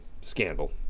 scandal